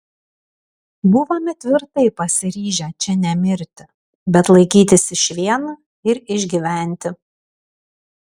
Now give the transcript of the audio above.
buvome tvirtai pasiryžę čia nemirti bet laikytis išvien ir išgyventi